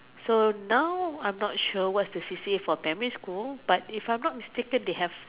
so now I'm not sure what's the C_C_A for primary school but if I'm not mistaken they have